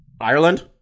ireland